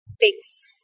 thanks